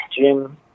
gym